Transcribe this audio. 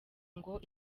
ngo